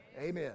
amen